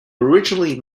originally